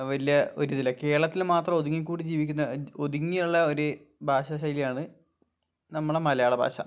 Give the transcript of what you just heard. വലിയ ഒരിതില്ല കേരളത്തില് മാത്രം ഒതുങ്ങിക്കൂടി ജീവിക്കുന്ന ഒതുങ്ങിയുള്ള ഒര് ഭാഷാശൈലിയാണ് നമ്മളുടെ മലയാളഭാഷ